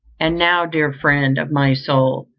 and now, dear friends of my soul,